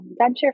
venture